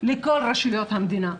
לכל רשויות המדינה.